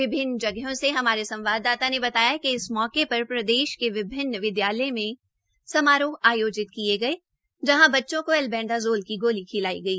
विभिनन जगहों से हमारे संवाददाता ने बताया कि इस मौकेपर प्रदेश के विभिन्न विद्यालयों में समारोह आयोजित किए गये जहां बच्चों को ऐल्बेंडाजोल की गोली खिलाई गई